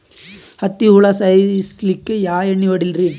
ಹತ್ತಿ ಹುಳ ಸಾಯ್ಸಲ್ಲಿಕ್ಕಿ ಯಾ ಎಣ್ಣಿ ಹೊಡಿಲಿರಿ?